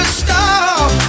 stop